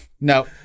No